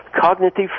cognitive